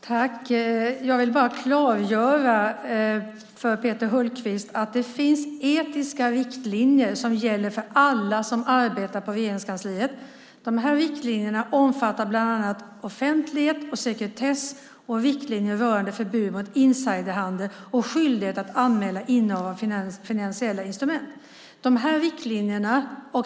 Herr talman! Jag vill bara klargöra för Peter Hultqvist att det finns etiska riktlinjer som gäller för alla som arbetar på Regeringskansliet. De riktlinjerna omfattar bland annat offentlighet och sekretess. Det finns också riktlinjer rörande förbud mot insiderhandel och skyldighet att anmäla innehav av finansiella instrument.